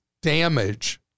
damage